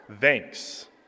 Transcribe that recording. thanks